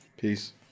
peace